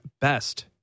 Best